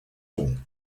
all